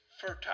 fertile